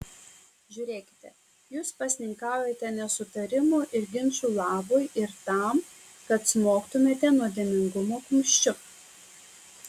žiūrėkite jūs pasninkaujate nesutarimų ir ginčų labui ir tam kad smogtumėte nuodėmingumo kumščiu